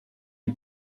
die